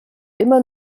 immer